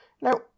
Now